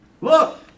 Look